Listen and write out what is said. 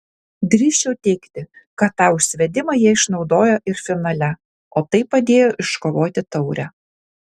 drįsčiau teigti kad tą užsivedimą jie išnaudojo ir finale o tai padėjo iškovoti taurę